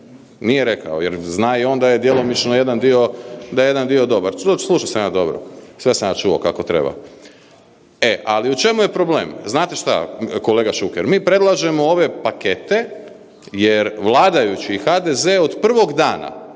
Nije rekao, jer zna i on da je djelomično jedan dio, da je jedan dio dobar. Slušao sam ja dobro, sve sam ja čuo kako treba. E, ali u čemu je problem, znate što kolega Šuker? Mi predlažemo ove pakete jer vladajući i HDZ od prvog dana